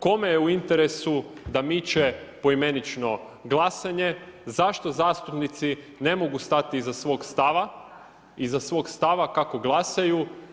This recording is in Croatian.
Kome je u interesu da miče poimenično glasanje, zašto zastupnici ne mogu stati iza svog stava, iza svog stava kako glasaju?